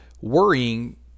worrying